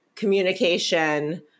communication